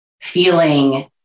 feeling